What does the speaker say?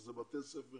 שזה בתי ספר